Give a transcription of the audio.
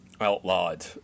outlawed